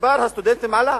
מספר הסטודנטים עולה,